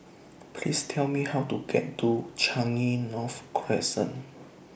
Please Tell Me How to get to Changi North Crescent